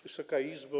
Wysoka Izbo!